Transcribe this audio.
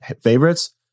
favorites